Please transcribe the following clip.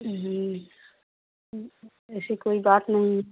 ऐसी कोई बात नहीं